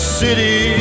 city